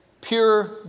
pure